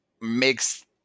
makes